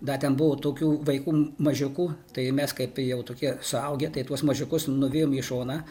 dar ten buvo tokių vaikų mažiukų tai mes kaip ir jau tokie suaugę tuos mažiukus nuėjom į šoną